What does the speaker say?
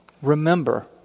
Remember